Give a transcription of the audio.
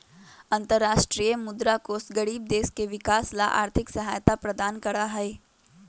अन्तरराष्ट्रीय मुद्रा कोष गरीब देश के विकास ला आर्थिक सहायता प्रदान करा हई